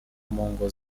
mugo